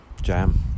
jam